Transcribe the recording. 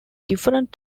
different